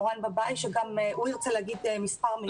מורן באבאי שגם הוא ירצה לומר כמה מילים.